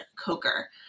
Coker